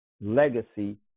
legacy